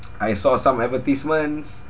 I saw some advertisements